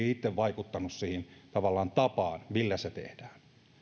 itse vaikuttaneet siihen tapaan millä se tehdään